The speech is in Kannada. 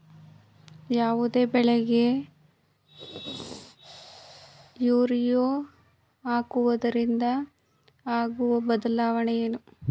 ಯಾವುದೇ ಬೆಳೆಗೆ ಯೂರಿಯಾ ಹಾಕುವುದರಿಂದ ಆಗುವ ಬದಲಾವಣೆ ಏನು?